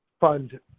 fund